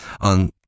on